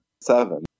Seven